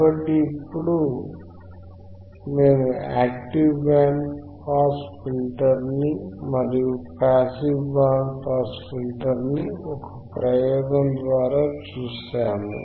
కాబట్టి ఇప్పుడు మేము యాక్టివ్ బ్యాండ్ పాస్ ఫిల్టర్ని మరియు పాసివ్ బ్యాండ్ బ్యాండ్ పాస్ ఫిల్టర్ని ఒక ప్రయోగము ద్వారా చూశాము